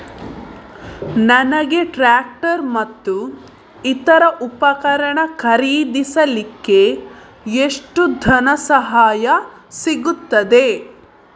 ನನಗೆ ಟ್ರ್ಯಾಕ್ಟರ್ ಮತ್ತು ಇತರ ಉಪಕರಣ ಖರೀದಿಸಲಿಕ್ಕೆ ಎಷ್ಟು ಧನಸಹಾಯ ಸಿಗುತ್ತದೆ?